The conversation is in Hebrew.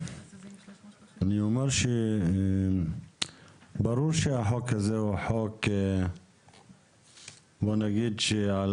אני אומר שברור שהחוק הזה הוא חוק בוא נגיד שעל